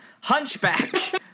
hunchback